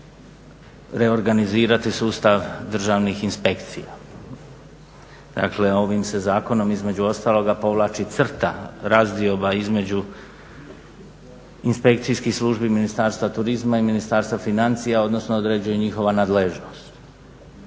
reorganizirati sustav državnih inspekcija. Dakle, ovim se zakonom između ostaloga povlači crta, razdioba između inspekcijskih službi, Ministarstva turizma i Ministarstva financija odnosno određuje njihova nadležnost.